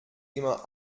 immer